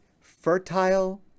fertile